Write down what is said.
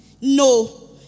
No